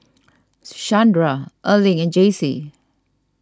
Shandra Erling and Jaycee